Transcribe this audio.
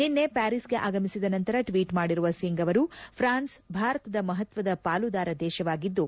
ನಿನ್ನೆ ಪ್ಯಾರಿಸ್ಗೆ ಆಗಮಿಸಿದ ನಂತರ ಟ್ವೀಟ್ ಮಾಡಿರುವ ಸಿಂಗ್ ಅವರು ಪ್ರಾನ್ಸ್ ಭಾರತದ ಮಹತ್ವದ ಪಾಲುದಾರ ದೇಶವಾಗಿದ್ದು